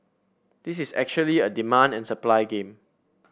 this is actually a demand and supply game